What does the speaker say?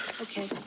Okay